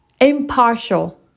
impartial